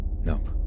nope